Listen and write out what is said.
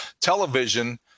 television